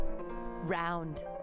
round